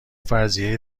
فرضیهای